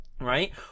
right